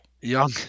young